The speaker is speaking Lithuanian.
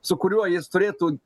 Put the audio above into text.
su kuriuo jis turėtų